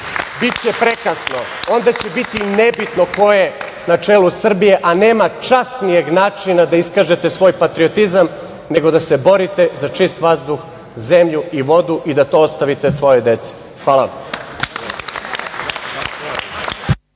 biće prekasno, onda će biti nebitno ko je na čelu Srbije, a nema časnijeg načina da iskažete svoj patriotizam, nego da se borite za čist vazduh, zemlju i vodu i da to ostavite svojoj deci. Hvala.